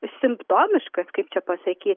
simptomiškas kaip čia pasakyt